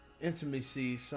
intimacy